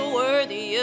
worthy